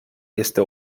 este